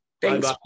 Thanks